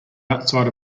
outside